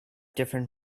different